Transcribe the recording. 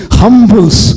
humbles